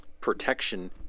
protection